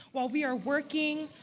while we are working,